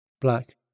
Black